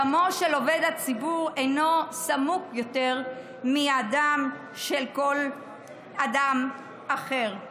דמו של עובד הציבור אינו סמוק יותר מהדם של כל אדם אחר.